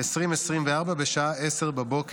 2024 בשעה 10:00,